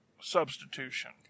substitution